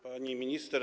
Pani Minister!